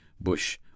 Bush